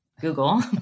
Google